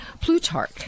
Plutarch